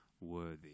worthy